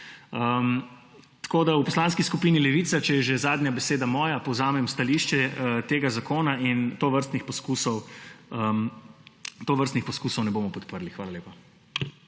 V Poslanski skupini Levica, če je že zadnja beseda moja, povzamem stališče, tega zakona in tovrstnih poskusov ne bomo podprli. Hvala lepa.